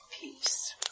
peace